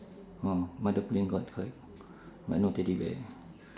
orh mother pulling got correct but no teddy bear